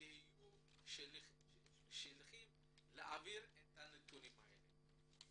תהיו שליחים להעביר את הנתונים האלה.